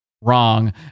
wrong